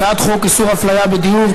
הצעת חוק איסור הפליה בדיור,